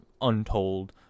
untold